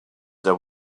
there